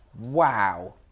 Wow